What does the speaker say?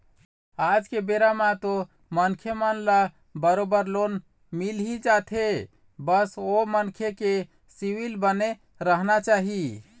आज के बेरा म तो मनखे मन ल बरोबर लोन मिलही जाथे बस ओ मनखे के सिविल बने रहना चाही